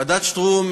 ועדת שטרום,